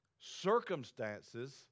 circumstances